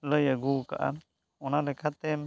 ᱞᱟᱹᱭ ᱟᱹᱜᱩᱣ ᱠᱟᱜᱼᱟ ᱚᱱᱟ ᱞᱮᱠᱟᱛᱮᱢ